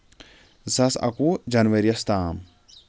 زٕ ساس اَکوُہ جَنؤریَس تام